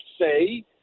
say